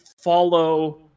follow